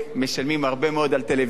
משלמים הרבה מאוד על טלוויזיה,